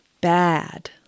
Bad